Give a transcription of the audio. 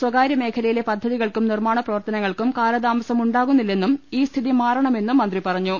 സ്വകാരൃമേഖലയിലെ പദ്ധതികൾക്കും നിർമ്മാണ പ്രവർത്തനങ്ങൾക്കും കാല താമസം ഉണ്ടാകുന്നി ല്ലെന്നും ഈ സ്ഥിതി മാറണമെന്നും മന്ത്രി പറഞ്ഞു